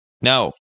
No